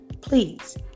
please